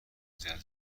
جذاب